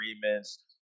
agreements